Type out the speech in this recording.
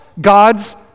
God's